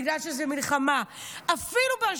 בגלל שזו מלחמה.